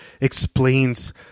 explains